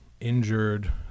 injured